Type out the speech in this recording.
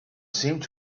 seemed